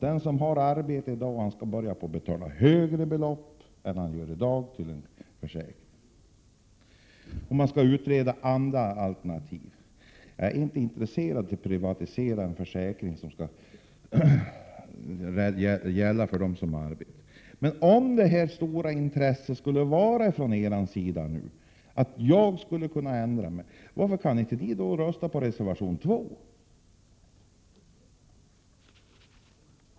Den som har arbete i dag skall alltså börja betala på ett högre belopp till en försäkring än vad han gör i dag. Man skall också utreda andra alternativ. Jag är inte intresserad av att man privatiserar en försäkring som skall gälla för dem som har arbete. Men om det skulle föreligga ett så stort intresse från er sida av att jag ändrar mig, varför kan inte ni i stället rösta på reservation 2?